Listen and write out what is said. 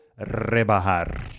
rebajar